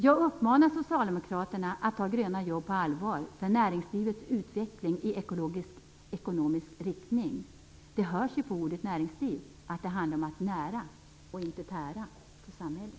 Jag uppmanar socialdemokraterna att ta gröna jobb på allvar, för näringslivets utveckling i ekologisk riktning. Det hörs ju på ordet näringsliv att det handlar om att nära och inte att tära på samhället.